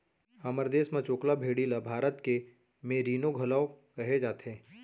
हमर देस म चोकला भेड़ी ल भारत के मेरीनो घलौक कहे जाथे